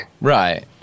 Right